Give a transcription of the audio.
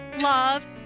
love